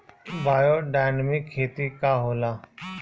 Biodynamic खेती का होला?